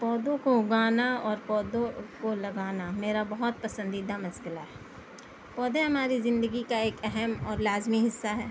پودوں کو اُگانا اور پودوں کو لگانا میرا بہت پسندیدہ مشغلہ ہے پودے ہماری زندگی کا ایک اہم اور لازمی حصّہ ہے